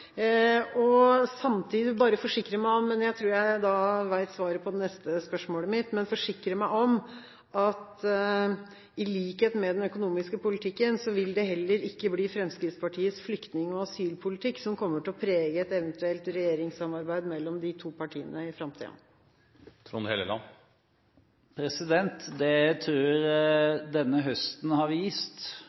samtidig bare forsikre meg om – men jeg tror jeg vet svaret på det – at, i likhet med den økonomiske politikken, vil det heller ikke bli Fremskrittspartiets flyktning- og asylpolitikk som kommer til å prege et eventuelt regjeringssamarbeid mellom de to partiene i framtiden. Det jeg tror denne høsten har vist,